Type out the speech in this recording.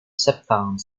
septembre